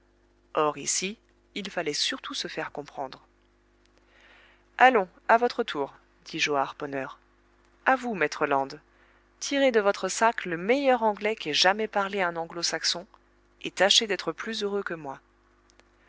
or ici il fallait surtout se faire comprendre allons à votre tour dis-je au harponneur a vous maître land tirez de votre sac le meilleur anglais qu'ait jamais parlé un anglo saxon et tâchez d'être plus heureux que moi